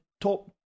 top